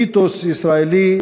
מיתוס ישראלי,